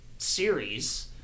series